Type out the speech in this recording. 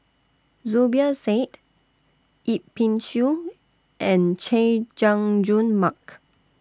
Zubir Said Yip Pin Xiu and Chay Jung Jun Mark